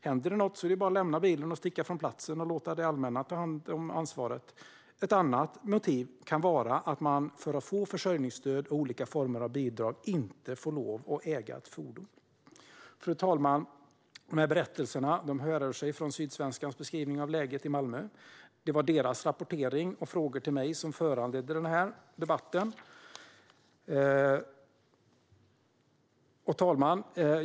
Händer det något är det bara att lämna bilen, sticka från platsen och låta det allmänna ta hand om ansvaret. Ett annat motiv kan vara att man för att få försörjningsstöd och olika former av bidrag inte får lov att äga ett fordon. Fru talman! Dessa berättelser härrör sig från Sydsvenskans beskrivning av läget i Malmö. Det var deras rapportering och frågor till mig som föranledde den här debatten. Fru talman!